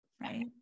Right